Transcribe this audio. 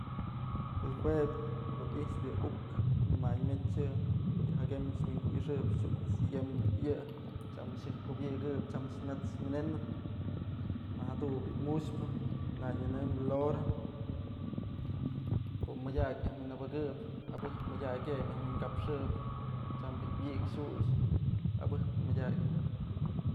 Pue jue dun i'ixpë yë uk winmany mech yë, ko'o yë jakem wi'inku ixëp tyut's yemëm bi'i yë tyam xëj kubëyikëp tyam myat's manënëp a jadun bi'i muxpë yë nak nyënënbyë loro ko'o mëdyak myaj wi'in abëkëp abëj mëdyak je'e myaj wi'inkapxëp tyam bi'i wik xux abëjpë mëdyakyë.